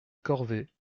corvée